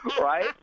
right